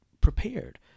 prepared